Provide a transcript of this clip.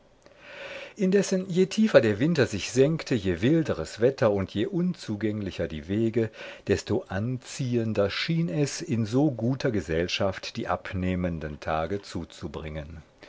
indessen je tiefer der winter sich senkte je wilderes wetter je unzugänglicher die wege desto anziehender schien es in so guter gesellschaft die abnehmenden tage zuzubringen